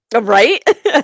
Right